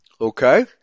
Okay